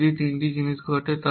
যদি এই তিনটি জিনিস ঘটে